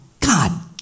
god